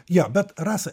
jo bet rasa